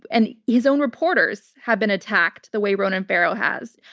and his own reporters have been attacked the way ronan farrow has.